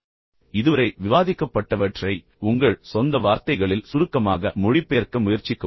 சுருக்கமாக இதுவரை விவாதிக்கப்பட்டவற்றை உங்கள் சொந்த வார்த்தைகளில் சுருக்கமாக மொழிபெயர்க்க முயற்சிக்கவும்